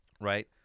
right